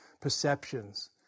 perceptions